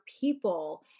people